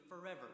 forever